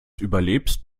überlebst